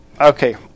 okay